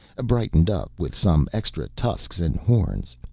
brightened up with some extra tusks and horns.